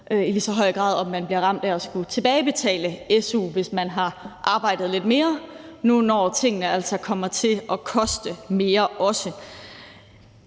med hensyn til om man bliver ramt af at skulle tilbagebetale su, hvis man har arbejdet lidt mere, altså nu, hvor tingene også kommer til at koste mere.